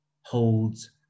holds